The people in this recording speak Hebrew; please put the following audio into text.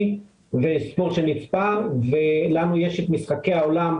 וספורט ש- -- ולנו יש משחקי העולם.